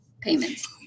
payments